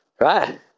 Right